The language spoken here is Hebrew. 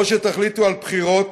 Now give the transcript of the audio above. או שתחליטו על בחירות.